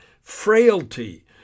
frailty